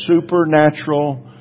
supernatural